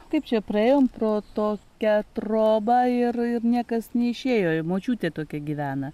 kaip čia praėjom pro tokią trobą ir ir niekas neišėjo močiutė tokia gyvena